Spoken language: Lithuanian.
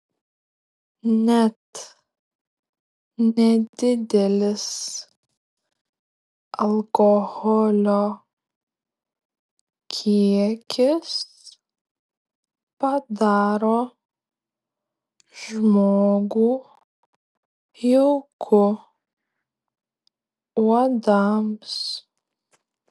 net nedidelis alkoholio kiekis padaro žmogų jauku uodams